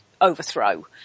overthrow